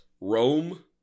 Rome